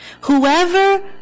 Whoever